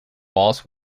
walls